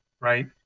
Right